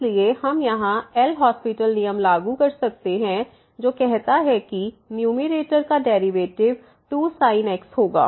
इसलिए हम यहाँ एल हास्पिटल LHospital नियम लागू कर सकते हैं जो कहता है कि न्यूमैरेटर का डेरिवेटिव 2sinx होगा